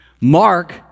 Mark